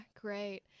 great